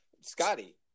Scotty